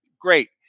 great